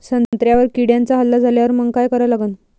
संत्र्यावर किड्यांचा हल्ला झाल्यावर मंग काय करा लागन?